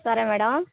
సరే మేడం